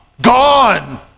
Gone